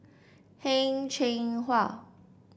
Heng Cheng Hwa